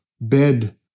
bed